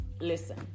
Listen